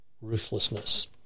ruthlessness